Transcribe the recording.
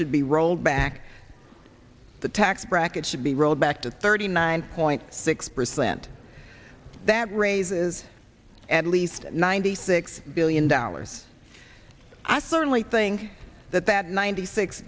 should be rolled back the tax bracket should be rolled back to thirty nine point six percent that raises and least ninety six billion dollars i certainly think that that ninety six